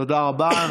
תודה רבה.